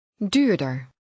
Duurder